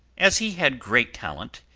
as he had great talent,